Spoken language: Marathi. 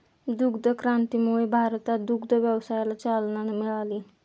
दुग्ध क्रांतीमुळे भारतात दुग्ध व्यवसायाला चालना मिळाली